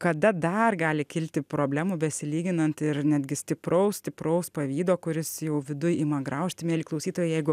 kada dar gali kilti problemų besilyginant ir netgi stipraus stipraus pavydo kuris jau viduj ima graužti mieli klausytojai jeigu